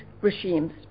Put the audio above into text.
regimes